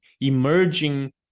emerging